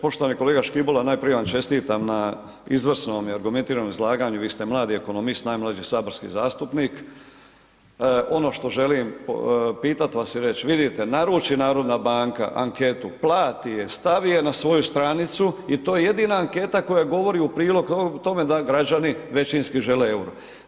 Poštovani kolega Škibola najprije vam čestitam na izvrsnom i argumentiranom izlaganju, vi ste mladi ekonomist, najmlađi saborski zastupnik, ono što želim pitat vas i reći vidite naruči HNB anketu, plati je, stavi je na svoju stranicu i to je jedina anketa koja govori u prilog tome da građani većinski žele EUR-o.